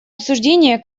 обсуждение